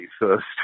first